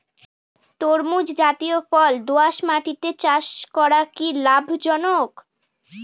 তরমুজ জাতিয় ফল দোঁয়াশ মাটিতে চাষ করা কি লাভজনক?